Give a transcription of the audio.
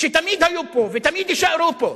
שתמיד היו פה ותמיד יישארו פה.